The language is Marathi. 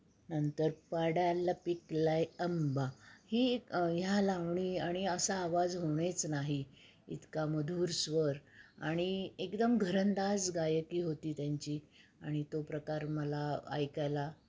नंतर पाडाला पिकलाय आंबा ही एक ह्या लावणी आणि असा आवाज होणेच नाही इतका मधुर स्वर आणि एकदम घरंदाज गायकी होती त्यांची आणि तो प्रकार मला ऐकायला